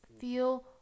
feel